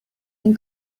been